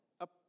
up